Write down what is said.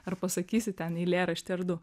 ar pasakysi ten eilėraštį ar du